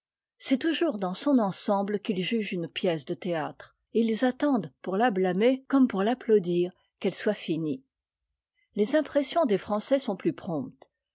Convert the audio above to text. c'est toujours dans'son ensemble qu'ils jugent une piecè de théatre ët iis attendent pour fa blâmer comme pourrapplaùdir qu'e e soit finie les impressions des français sont plus promptes